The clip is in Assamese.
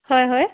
হয় হয়